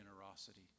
generosity